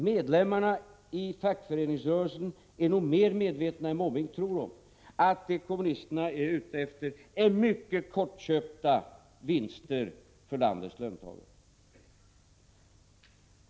Medlemmarna i fackföreningsrörelsen är nog mer än vad Bertil Måbrink tror medvetna om att det kommunisterna är ute efter är mycket kortköpta vinster för landets löntagare.